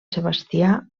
sebastià